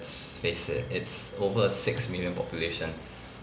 face it it's over six million population